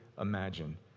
imagine